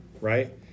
right